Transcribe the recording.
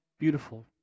beautiful